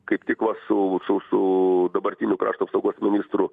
kaip tik va su su su dabartiniu krašto apsaugos ministru